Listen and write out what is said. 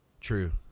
True